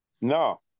No